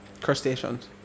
crustaceans